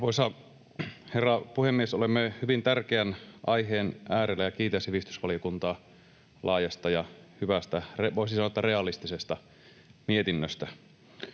herra puhemies! Olemme hyvin tärkeän aiheen äärellä, ja kiitän sivistysvaliokuntaa laajasta ja hyvästä, voisi sanoa, realistisesta mietinnöstä.